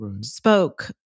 spoke